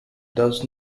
does